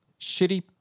shitty